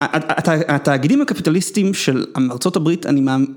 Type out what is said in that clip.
‫התאגידים הקפיטליסטיים ‫של ארה״ב אני מאמין,